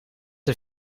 een